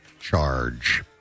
charge